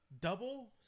double